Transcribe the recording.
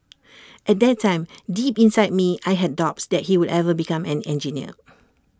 at that time deep inside me I had doubts that he would ever become an engineer